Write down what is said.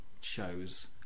shows